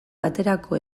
baterako